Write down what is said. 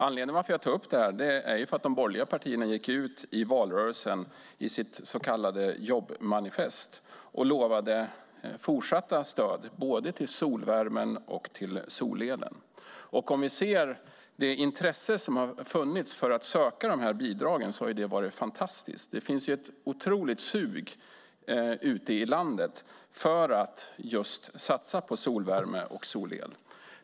Anledningen till att jag tar upp det är att de borgerliga partierna gick ut i valrörelsen i sitt så kallade jobbmanifest och lovade fortsatta stöd både till solvärmen och till solelen. Vi ser att intresset för att söka dessa bidrag har varit fantastiskt. Det finns ett otroligt sug ute i landet för att just satsa på solvärme och solel.